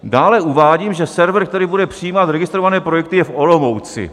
Dále uvádím, že server, který bude přijímat registrované projekty, je v Olomouci.